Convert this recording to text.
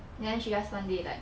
then she just one day like